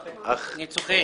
אני צוחק.